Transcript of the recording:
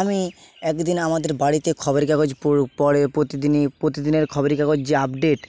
আমি একদিন আমাদের বাড়িতে খবরের কাগজ পোরো পড়ে প্রতিদিনই প্রতিদিনের খবরের কাগজ যে আপডেট